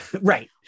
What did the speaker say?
right